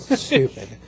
stupid